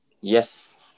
Yes